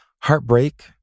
Heartbreak